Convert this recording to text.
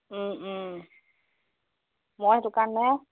মই দোকান নে